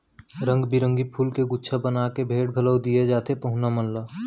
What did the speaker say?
रंग बिरंगी फूल के गुच्छा बना के भेंट घलौ दिये जाथे पहुना मन ला